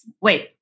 wait